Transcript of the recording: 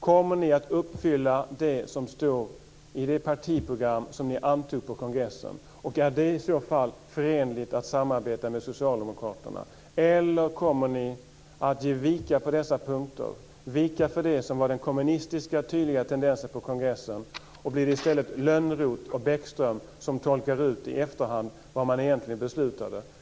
Kommer ni att uppfylla det som står i det partiprogram som ni antog på kongressen? Är det i så fall förenligt med att samarbeta med Socialdemokraterna eller kommer ni att ge vika på dessa punkter, vika för det som var den kommunistiska tydligheten på kongressen, och blir det i stället Lönnroth och Bäckström som i efterhand tolkar ut vad man egentligen beslutade?